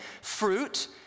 fruit